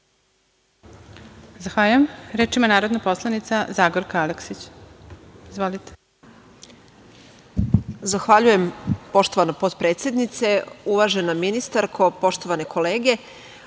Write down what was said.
Zahvaljujem. Reč ima narodna poslanica Zagorka Aleksić. Izvolite. **Zagorka Aleksić** Zahvaljujem poštovana potpredsednice. Uvažena ministarko, poštovane kolege,